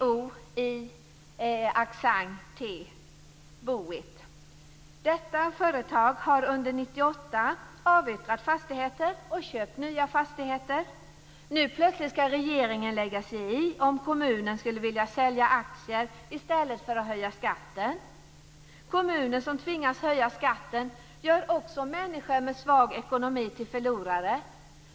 Detta företag har under 1998 avyttrat fastigheter och köpt nya fastigheter. Nu skall regeringen plötsligt lägga sig i om kommunen skulle vilja sälja aktier i stället för att höja skatten. Kommuner som tvingas att höja skatten gör också människor med svag ekonomi till förlorare.